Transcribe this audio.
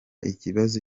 ikibazo